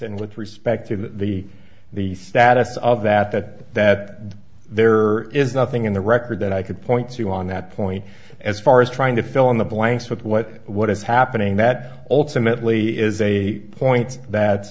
and with respect to the the status of that that that there is nothing in the record that i could point to on that point as far as trying to fill in the blanks with what what is happening that ultimately is a point